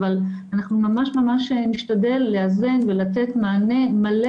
אבל אנחנו ממש ממש נשתדל לאזן ולתת מענה מלא